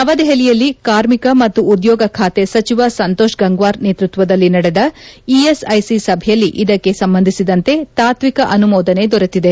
ನವದೆಹಲಿಯಲ್ಲಿ ಕಾರ್ಮಿಕ ಮತ್ತು ಉದ್ಯೋಗ ಖಾತೆ ಸಚಿವ ಸಂತೋಷ್ ಗಂಗ್ನಾರ್ ನೇತೃತ್ವದಲ್ಲಿ ನಡೆದ ಇಎಸ್ಐಸಿ ಸಭೆಯಲ್ಲಿ ಇದಕ್ಕೆ ಸಂಬಂಧಿಸಿದಂತೆ ತಾತ್ನಿಕ ಅನುಮೋದನೆ ದೊರೆತಿದೆ